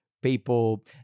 people